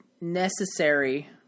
necessary